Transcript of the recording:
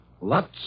Lots